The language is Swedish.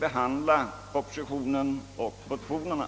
behandla propositionen och motionerna.